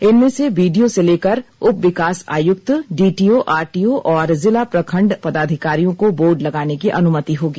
इनमें से बीडीओ से लेकर उप विकास आयुक्त डीटीओ आरटीओ और जिला खंड पदाधिकारियों को बोर्ड लगाने की अनुमति होगी